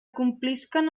complisquen